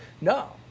No